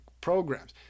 programs